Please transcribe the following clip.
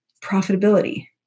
profitability